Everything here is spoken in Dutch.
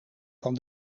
van